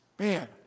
Man